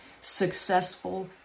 successful